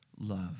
love